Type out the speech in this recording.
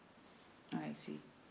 I see